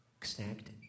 snagged